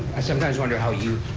i sometimes wonder how you,